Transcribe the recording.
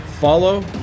follow